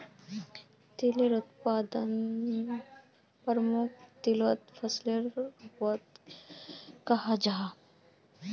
तिलेर उत्पादन प्रमुख तिलहन फसलेर रूपोत कराल जाहा